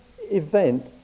event